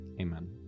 Amen